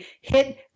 hit